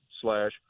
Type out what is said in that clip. slash